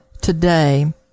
today